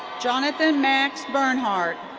jonathan max bernhardt.